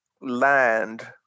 land